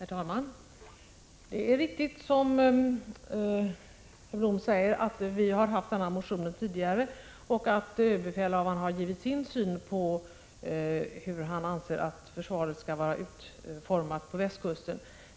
Herr talman! Det är riktigt, som herr Blom säger, att vi har väckt denna motion tidigare och att överbefälhavaren har anfört sin syn på hur försvaret bör vara utformat på västkusten.